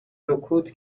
سکوت